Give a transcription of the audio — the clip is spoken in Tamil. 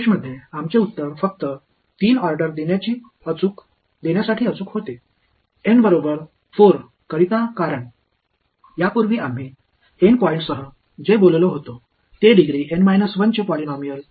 மாணவர்7 முந்தைய உயர்நிலைப் பள்ளி அணுகுமுறையில் 7 எங்கள் வரிசை 3 ஐ செய்ய மட்டுமே துல்லியமானது N க்கு 4 சமம் ஏனென்றால் முன்னர் N புள்ளிகளுடன் நான் கூறிய N 1 இன் பாலினாமியலை பொருத்த முடியும்